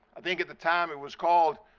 i think at the time it was called